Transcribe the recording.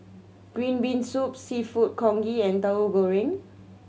green bean soup Seafood Congee and Tahu Goreng